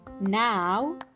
Now